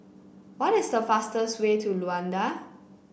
what is the fastest way to Luanda